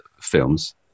films